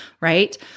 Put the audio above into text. right